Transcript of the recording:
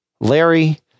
Larry